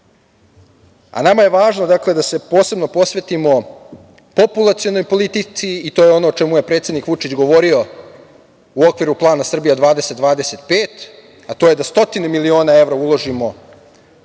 a nama je važno da se posebno posvetimo populacionoj politici i to je ono o čemu je predsednik Vučić govorio u okviru plana Srbija 20-25, a to je da stotine miliona evra uložimo u